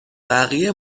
بقیه